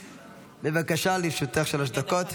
בבקשה, לרשותך שלוש דקות.